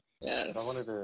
Yes